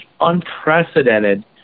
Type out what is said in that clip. unprecedented